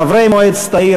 חברי מועצת העיר,